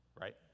Right